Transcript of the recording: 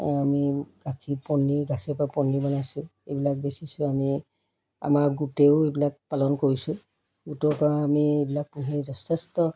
আমি গাখীৰ পনীৰ গাখীৰৰ পৰা পনীৰ বনাইছোঁ এইবিলাক বেচিছোঁ আমি আমাৰ গোটেও এইবিলাক পালন কৰিছোঁ গোটৰ পৰা আমি এইবিলাক পুহি যথেষ্ট